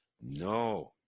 No